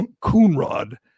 Coonrod